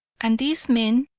and these men,